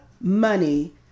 money